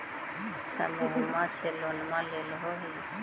समुहवा से लोनवा लेलहो हे?